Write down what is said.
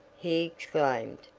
he exclaimed.